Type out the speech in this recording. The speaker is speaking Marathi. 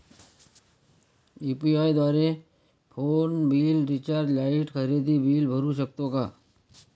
यु.पी.आय द्वारे फोन बिल, रिचार्ज, लाइट, खरेदी बिल भरू शकतो का?